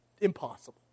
impossible